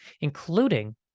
including